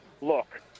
look